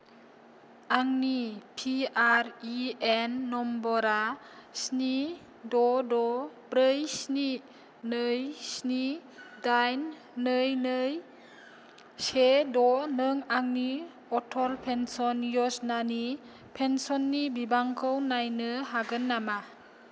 आंनि P R A N नम्बरआ स्नि द' द' ब्रै स्नि नै स्नि दाइन नै नै से द' नों आंनि अटल पेन्सन य'जनानि पेन्सननि बिबांखौ नायनो हागोन नामा